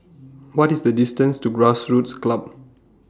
What IS The distance to Grassroots Club